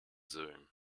zoom